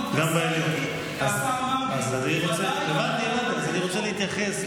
אמרתי שגם